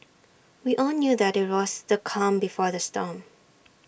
we all knew that IT was the calm before the storm